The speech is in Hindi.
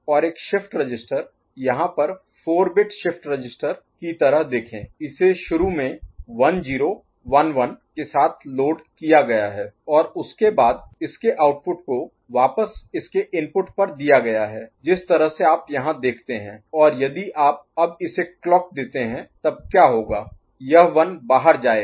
और एक शिफ्ट रजिस्टर यहाँ पर 4 बिट शिफ्ट रजिस्टर की तरह देखें इसे शुरू में 1 0 1 1 के साथ लोड किया गया है और उसके बाद इसके आउटपुट को वापस इसके इनपुट पर दिया गया है जिस तरह से आप यहाँ देखते हैं और यदि आप अब इसे क्लॉक देते हैं तब क्या होगा यह 1 बाहर जायेगा